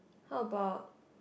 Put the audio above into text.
how about